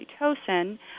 oxytocin